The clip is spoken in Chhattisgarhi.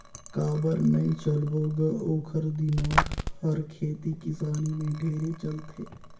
काबर नई चलबो ग ओखर दिमाक हर खेती किसानी में ढेरे चलथे